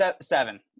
seven